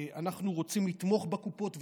אנחנו רוצים לתמוך בקופות.